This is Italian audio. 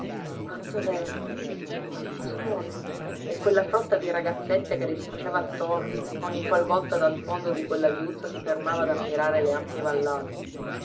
quanto verde quanto sole e quella frotta di ragazzette che le si faceva attorno ogni qual volta dal fondo di quella viuzza si fermava ad ammirare le ampie vallate